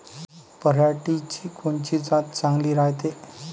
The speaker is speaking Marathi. पऱ्हाटीची कोनची जात चांगली रायते?